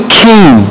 king